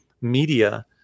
media